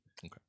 Okay